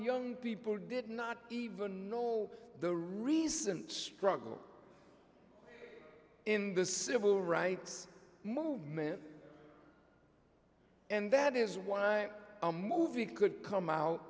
young people did not even know the recent struggle in the civil rights movement and that is why a movie could come out